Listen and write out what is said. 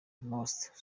most